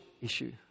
issue